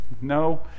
no